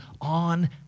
on